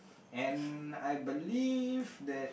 and I believe that